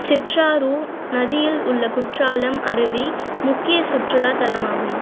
சிற்றாறு நதியில் உள்ள குற்றாலம் அருவி முக்கிய சுற்றுலாத் தலமாகும்